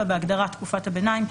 בהגדרה "תקופת הביניים",